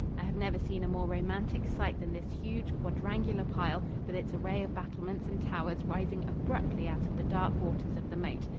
i have never seen a more romantic sight than this huge, quadrangular pile, with its array of battlements and towers rising abruptly out of the dark waters of the moat.